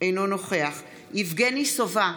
אינו נוכח יבגני סובה,